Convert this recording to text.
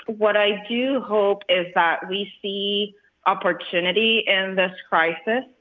what i do hope is that we see opportunity in this crisis.